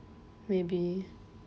maybe